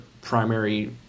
primary